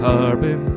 Carbon